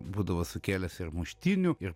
būdavo sukėlęs ir muštynių ir